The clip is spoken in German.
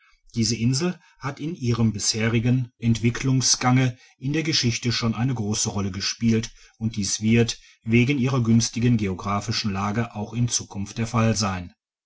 diese insel hat in ihrem bisherigen digitized by google entwicklungsgange in der geschichte schon eine grosse rolle gespielt und dies wird wegen ihrer günstigen geographischen lage auch in zukunft der fall sein